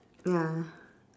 ya